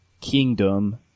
kingdom